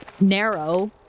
narrow